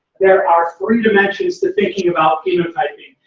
there are three dimensions to thinking about phenotyping.